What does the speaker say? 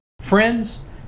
Friends